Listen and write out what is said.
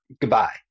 goodbye